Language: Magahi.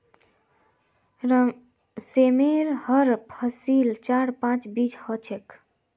सेमेर हर फलीत चार पांच बीज ह छेक